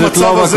במצב הזה,